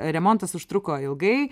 remontas užtruko ilgai